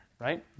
right